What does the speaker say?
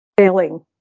failing